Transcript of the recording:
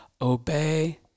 Obey